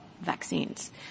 vaccines